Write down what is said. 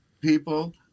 people